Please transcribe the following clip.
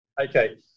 Okay